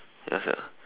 ya sia